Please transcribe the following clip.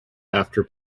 after